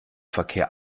verkehr